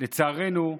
לצערנו,